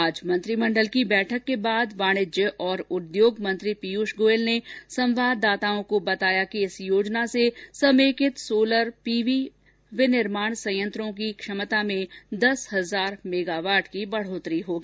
आज मंत्रिमंडल की बैठक के बाद वाणिज्य और उद्योग मंत्री पीयूष गोयल ने संवाददाताओं को बताया कि इस योजना से समेकित सोलर पीवी विनिर्माण संयंत्रों की क्षमता में दस हजार मेगावाट की वुद्धि होगी